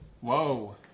Whoa